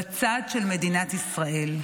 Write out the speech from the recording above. בצד של מדינת ישראל.